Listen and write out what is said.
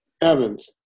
Evans